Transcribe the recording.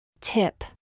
Tip